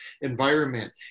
environment